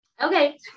Okay